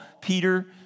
Peter